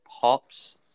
pops